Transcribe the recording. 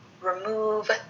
remove